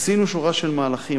עשינו שורה של מהלכים.